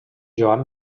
joan